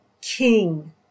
king